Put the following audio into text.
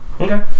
Okay